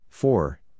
Four